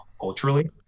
culturally